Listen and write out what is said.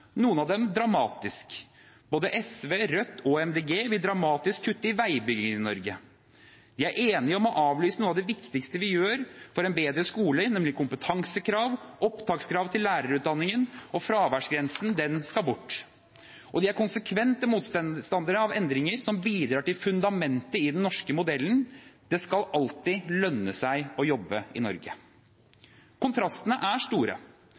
noen av dem dramatisk. Både SV, Rødt og Miljøpartiet De Grønne vil dramatisk kutte i veibyggingen i Norge. De er enige om å avlyse noe av det viktigste vi gjør for en bedre skole, nemlig kompetansekrav, opptakskrav til lærerutdanningen, og fraværsgrensen skal bort. De er konsekvente motstandere av endringer som bidrar til fundamentet i den norske modellen; det skal alltid lønne seg å jobbe i Norge. Kontrastene er store.